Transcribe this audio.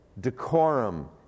decorum